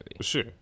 sure